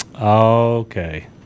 Okay